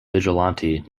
vigilante